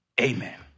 Amen